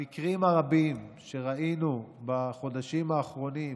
המקרים הרבים שראינו בחודשים האחרונים,